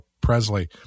presley